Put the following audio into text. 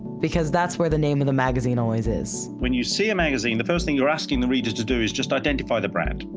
because that's where the name of the magazine always is. when you see a magazine, the first thing you're asking the reader to do is just to identify the brand.